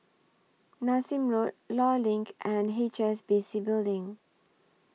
Nassim Road law LINK and H S B C Building